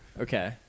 Okay